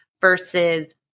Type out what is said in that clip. versus